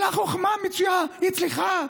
פוליטיקה זולה המחשבה שלך.